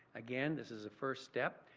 again, this is a first step.